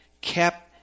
kept